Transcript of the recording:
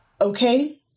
okay